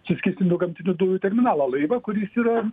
suskystintų gamtinių dujų terminalą laivą kuris yra